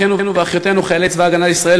אחינו ואחיותינו חיילי צבא ההגנה לישראל,